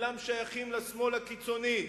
כולם שייכים לשמאל הקיצוני,